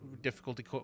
difficulty